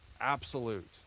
absolute